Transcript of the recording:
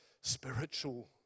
spiritual